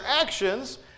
actions